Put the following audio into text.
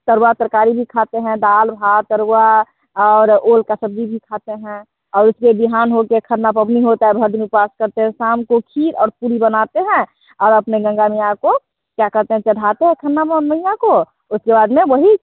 तरुआ तरकारी भी खाते हैं दाल भात तरुआ और ओल की सब्ज़ी भी खाते हैं आ उसके बिहान हो के खरना पवनि होता है भर दिन उपास करते है साम को खीर और पूरी बनाते हैं और अपने गंगा मैया को क्या कहते हैं चढ़ाते हैं खरना माँ मैया को उसके बाद में वही